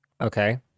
Okay